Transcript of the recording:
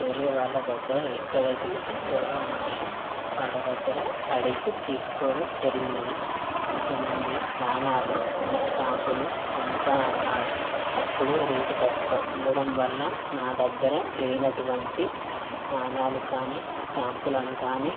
వేరే వాళ్ళ దగ్గర ఎక్కడైతే ఎక్కువగా ఉన్నాయో వాళ్ళ దగ్గర అడిగి తీసుకోవడం జరిగినది కొంతమంది నాణేలు ఉన్న స్టాంపులు అమ్ముతా అన్నారు అప్పుడు రేట్ తక్కువ ఉండడం వల్ల నా దగ్గర లేనటువంటి నాణేలు కానీ స్టాంప్లను కానీ